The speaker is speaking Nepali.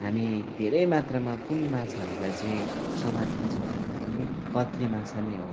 हामी धेरै मात्रामा कुन माछाहरूलाई चाहिँ समातिन्छ भन्दा पनि कत्ले माछा नै हो